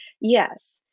Yes